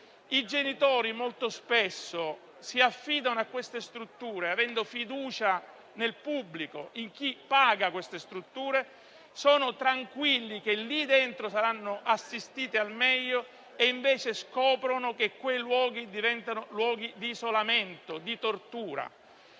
I genitori molto spesso si affidano a tali strutture, avendo fiducia nel pubblico e in chi sostiene queste strutture; sono tranquilli che lì dentro saranno assistiti al meglio e invece scoprono che quei luoghi diventano di isolamento e di tortura.